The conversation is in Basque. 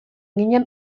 ginen